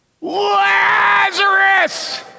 Lazarus